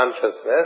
consciousness